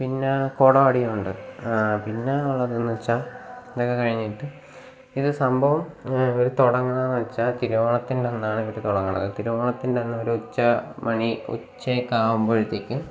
പിന്നെ കുടം അടിയുണ്ട് പിന്നെ ഉള്ളതെന്ന് വെച്ചാൽ ഇതൊക്കെ കഴിഞ്ഞിട്ട് ഇത് സംഭവം ഇങ്ങനെ ഇവർ തുടങ്ങുന്നത് എന്ന് വെച്ചാൽ തിരുവോണത്തിൻ്റെ അന്നാണ് ഇവർ തുടങ്ങുന്നത് തിരുവോണത്തിൻ്റെ അന്ന് ഒരു ഉച്ച മണി ഉച്ചയൊക്കെ ആവുമ്പഴ്ത്തേക്കും